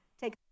Take